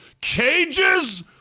Cages